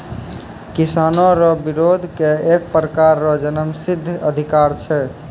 किसानो रो बिरोध एक प्रकार रो जन्मसिद्ध अधिकार छै